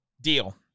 deal